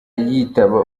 yitaba